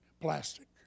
plastic